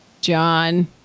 John